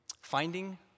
Finding